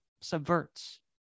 subverts